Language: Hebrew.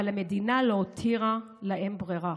אבל המדינה לא הותירה להם ברירה.